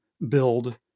Build